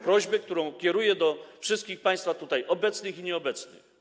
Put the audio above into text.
Prośbę tę kieruję do wszystkich państwa - tutaj obecnych i nieobecnych.